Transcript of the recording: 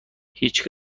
هیچ